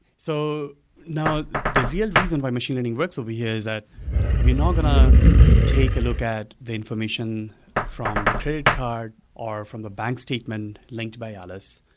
so now, the real reason why machine learning works over here is that we're not going to take a look at the information from the credit card or from the bank statement linked by alice.